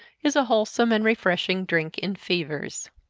is a wholesome and refreshing drink in fevers.